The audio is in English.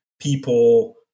people